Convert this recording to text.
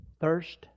thirst